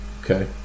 Okay